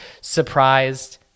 Surprised